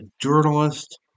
journalist